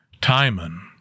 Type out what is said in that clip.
Timon